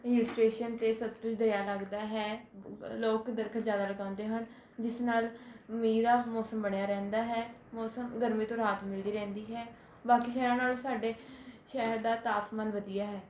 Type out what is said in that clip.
ਹਿੱਲ station 'ਤੇ ਸਤਲੁਜ ਦਰਿਆ ਲਗਦਾ ਹੈ ਲੋਕ ਦਰਖਤ ਜ਼ਿਆਦਾ ਲਗਾਉਂਦੇ ਹਨ ਜਿਸ ਨਾਲ ਮੀਂਹ ਦਾ ਮੌਸਮ ਬਣਿਆ ਰਹਿੰਦਾ ਹੈ ਮੌਸਮ ਗਰਮੀ ਤੋਂ ਰਾਹਤ ਮਿਲਦੀ ਰਹਿੰਦੀ ਹੈ ਬਾਕੀ ਸ਼ਹਿਰਾਂ ਨਾਲੋਂ ਸਾਡੇ ਸ਼ਹਿਰ ਦਾ ਤਾਪਮਾਨ ਵਧੀਆ ਹੈ